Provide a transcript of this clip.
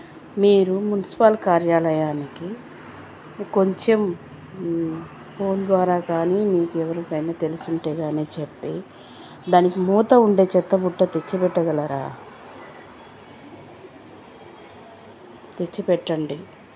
మీరు మున్సిపల్ కార్యాలయానికి కొంచెం ఫోన్ ద్వారా కానీ మీకు ఎవరికైనా తెలిసుంటే గానీ చెప్పి దానికి మూత ఉండే చెత్త బుట్ట తెచ్చిపెట్టగలరా తెచ్చి పెట్టండి